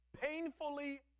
painfully